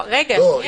כך.